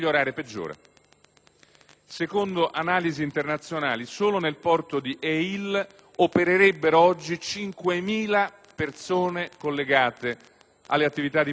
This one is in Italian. Secondo analisi internazionali solo nel porto di Eyl opererebbero oggi 5.000 persone collegate alle attività di pirateria,